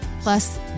Plus